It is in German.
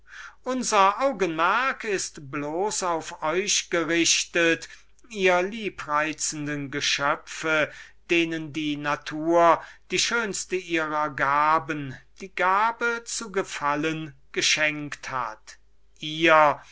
unser augenmerk ist bloß auf euch gerichtet ihr liebreizenden geschöpfe denen die natur die schönste ihrer gaben die gabe zu gefallen geschenkt ihr welche sie